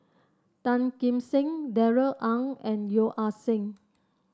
Tan Kim Seng Darrell Ang and Yeo Ah Seng